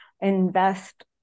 invest